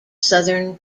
southern